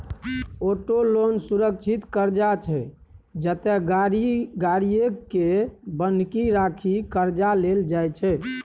auto loan सुरक्षित करजा छै जतय गाड़ीए केँ बन्हकी राखि करजा लेल जाइ छै